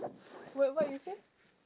what what you say